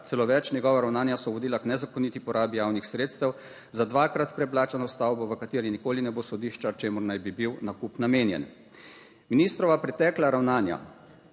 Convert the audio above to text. celo več, njegova ravnanja so vodila k nezakoniti porabi javnih sredstev za dvakrat preplačano stavbo, v kateri nikoli ne bo sodišča, čemur naj bi bil nakup namenjen. Ministrova pretekla ravnanja,